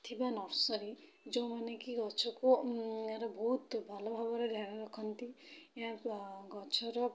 ଥିବା ନର୍ଶରୀ ଯେଉଁମାନେକି ଗଛକୁ ଏହାର ବହୁତ ଭଲ ଭାବରେ ଧ୍ୟାନ ରଖନ୍ତି ଏହାକୁ ଗଛର